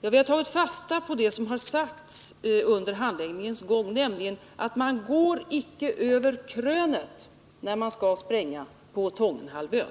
Vi har tagit fasta på det som sagts under handläggningens gång, nämligen detta att man icke går över krönet när man skall spränga på Tångenhalvön.